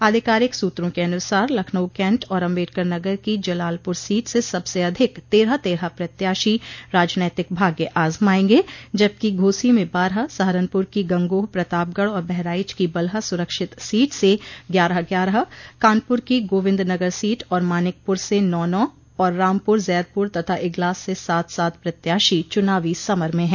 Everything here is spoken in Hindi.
आधिकारिक सूत्रों के अनुसार लखनऊ कैंट और अम्बेडकर नगर की जलालपुर सीट से सबसे अधिक तेरह तरह प्रत्याशी राजनैतिक भाग्य आजमायेंगे जबकि घोसी में बारह सहारनपुर की गंगोह प्रतापगढ़ और बहराइच की बलहा सुरक्षित सीट से ग्यारह ग्यारह कानपुर की गोविन्दनगर सीट और मानिकपुर से नौ नौ और रामपुर जदपुर तथा इगलास से सात सात प्रत्याशी चुनावी समर में हैं